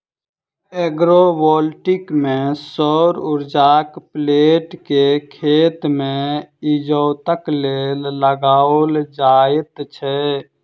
agrovoltaic मे सौर उर्जाक प्लेट के खेत मे इजोतक लेल लगाओल जाइत छै